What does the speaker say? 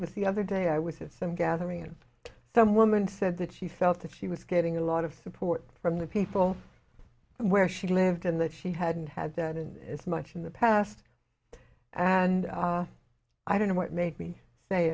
with the other day i was at some gathering and some woman said that she felt that she was getting a lot of support from the people and where she lived and that she hadn't had that in as much in the past and i don't know what made me say